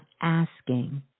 asking